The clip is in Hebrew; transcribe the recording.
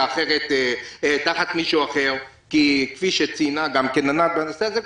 אחרת תחת מישהו אחר כי כפי שציינה ענת בנושא הזה,